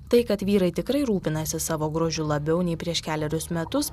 tai kad vyrai tikrai rūpinasi savo grožiu labiau nei prieš kelerius metus